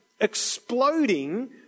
exploding